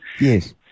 Yes